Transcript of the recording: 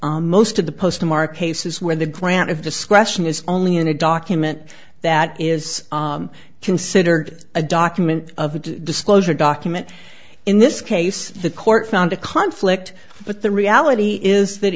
most of the postmark cases where the grant of discretion is only in a document that is considered a document of a disclosure document in this case the court found a conflict but the reality is that